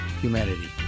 Humanity